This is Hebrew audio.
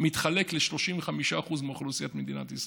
מתחלק בין 35% מאוכלוסיית מדינת ישראל,